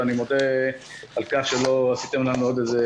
ואני מודה על כך שלא עשיתם לנו עוד איזה